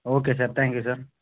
okay sir thank you sir